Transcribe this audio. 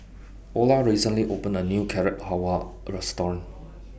Olar recently opened A New Carrot Halwa Restaurant